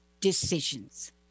decisions